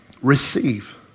receive